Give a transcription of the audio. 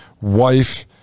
wife